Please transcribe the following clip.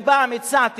אני פעם הצעתי,